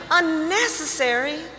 unnecessary